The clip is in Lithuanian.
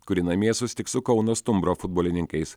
kuri namie susitiks su kauno stumbro futbolininkais